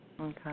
Okay